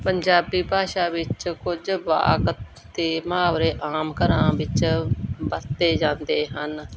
ਪੰਜਾਬੀ ਭਾਸ਼ਾ ਵਿੱਚ ਕੁਝ ਵਾਕ ਅਤੇ ਮੁਹਾਵਰੇ ਆਮ ਘਰਾਂ ਵਿੱਚ ਵਰਤੇ ਜਾਂਦੇ ਹਨ